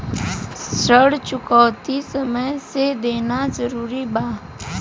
ऋण चुकौती समय से देना जरूरी बा?